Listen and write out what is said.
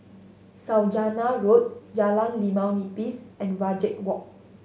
Saujana Road Jalan Limau Nipis and Wajek Walk